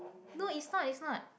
no it's not it's not